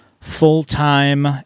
full-time